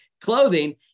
clothing